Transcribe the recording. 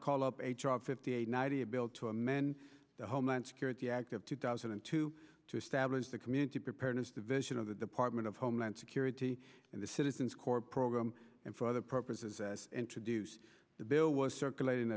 call up h r fifty eight eddie a bill to amend the homeland security act of two thousand and two to establish the community preparedness division of the department of homeland security and the citizens corps program and for other purposes introduced the bill was circulating